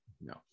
no